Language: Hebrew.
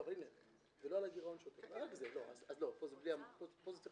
תיכף נציג